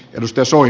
rust osui